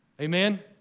Amen